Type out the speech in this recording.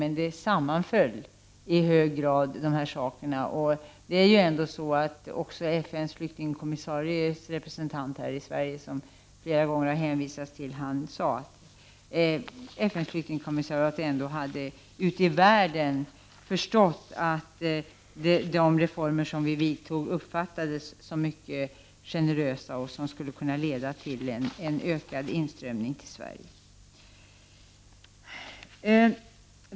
Men dessa saker sammanföll. FN:s flyktingkommissariats representant här i Sverige har ju ändå flera gånger hänvisat till vad man på FN:s flyktingkommissariat har förstått, nämligen att de reformer som vi genomfört, ute i världen har uppfattats som mycket generösa och som något som skulle kunna leda till en ökad inströmning till Sverige.